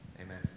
Amen